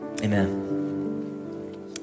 amen